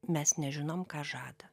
mes nežinom ką žada